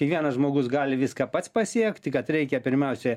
kiekvienas žmogus gali viską pats pasiekti kad reikia pirmiausia